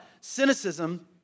cynicism